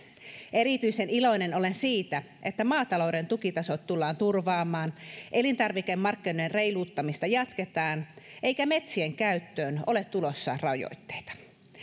erityisen iloinen olen siitä että maatalouden tukitasot tullaan turvaamaan elintarvikemarkkinoiden reiluuttamista jatketaan eikä metsien käyttöön ole tulossa rajoitteita